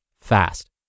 fast